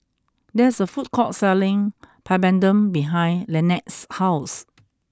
there is a food court selling Papadum behind Lynette's house